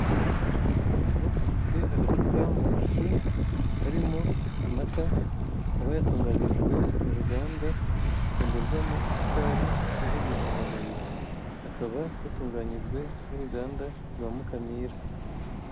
Umuntu afite agacupa mu ntoki karimo amata aba yatunganyirijwe mu ruganda hakongerwa isukari n'izindi ntungamubiri. Akaba yatunganyijwe n'uruganda rwa Mukamira.